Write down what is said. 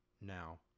Now